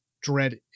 dread